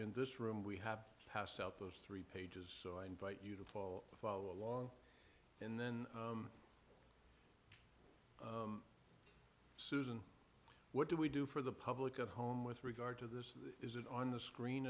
in this room we have passed out those three pages so i invite you to follow the follow along and then susan what do we do for the public at home with regard to this is it on the screen